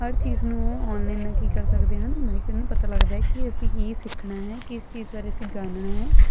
ਹਰ ਚੀਜ਼ ਨੂੰ ਆਨਲਾਈਨ ਨਾਲ ਕੀ ਕਰ ਸਕਦੇ ਹਨ ਮਤਲਬ ਕਿ ਉਨ੍ਹਾਂ ਨੂੰ ਪਤਾ ਲੱਗਦਾ ਕਿ ਅਸੀਂ ਹੀ ਸਿੱਖਣਾ ਹੈ ਕਿਸ ਚੀਜ਼ ਬਾਰੇ ਅਸੀਂ ਜਾਨਣਾ ਹੈ